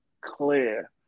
clear